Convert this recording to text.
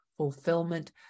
fulfillment